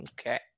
Okay